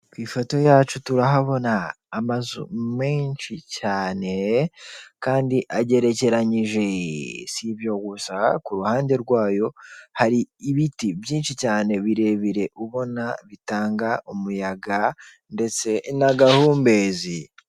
Ku ifoto yacu turahabona menshi cyane, kandi agerekeranyije, si ibyo ku ruhande rwayo hari ibiti byinshi cyane birebire ubona bitanga umuyaga, ndetse n'agahumbezi.